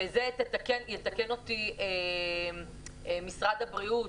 ויתקן אותי משרד הבריאות,